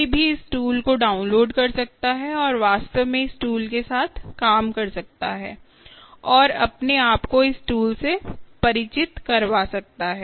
कोई भी इस टूल को डाउनलोड कर सकता है और वास्तव में इस टूल के साथ काम कर सकता है और अपने आप को इस टूल से परिचित करवा सकता है